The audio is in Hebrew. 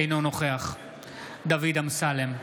אינו נוכח דוד אמסלם,